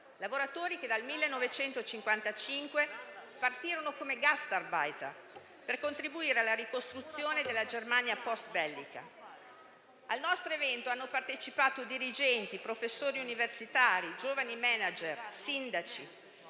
lavoratori che dal 1955 partirono come *gastarbeiter* per contribuire alla ricostruzione della Germania postbellica. Al nostro evento hanno partecipato dirigenti, professori universitari, giovani *manager*, sindaci,